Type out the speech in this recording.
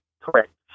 Correct